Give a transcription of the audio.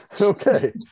Okay